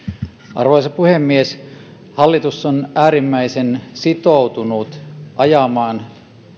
arvoisa puhemies hallitus on äärimmäisen sitoutunut ajamaan